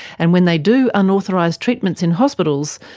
and when they do unauthorised treatments in hospitals,